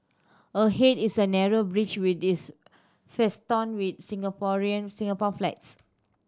ahead is a narrow bridge with this festooned with Singaporean Singapore flags